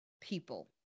people